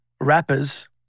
rappers